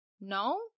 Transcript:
no